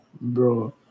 bro